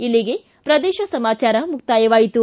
ಇಲ್ಲಿಗೆ ಪ್ರದೇಶ ಸಮಾಚಾರ ಮುಕ್ತಾಯವಾಯಿತು